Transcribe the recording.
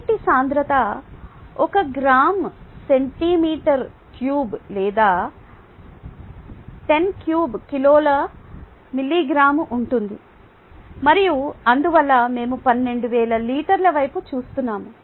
నీటి సాంద్రత ఒక గ్రాము సెంటీమీటర్ క్యూబ్ లేదా 103 కిలోల మీ3 గా ఉంటుంది మరియు అందువల్ల మేము 12000 లీటర్ల వైపు చూస్తున్నాము